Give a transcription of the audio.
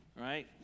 right